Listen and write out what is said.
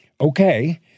Okay